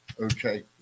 Okay